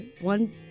one